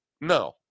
No